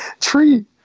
tree